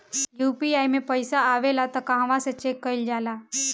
UPI मे पइसा आबेला त कहवा से चेक कईल जाला?